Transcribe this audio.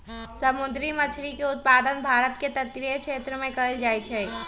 समुंदरी मछरी के उत्पादन भारत के तटीय क्षेत्रमें कएल जाइ छइ